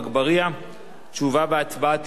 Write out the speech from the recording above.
תשובה והצבעה יהיו במועד אחר.